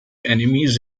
enemies